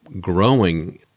growing